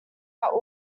are